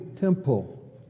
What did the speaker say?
temple